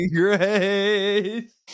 grace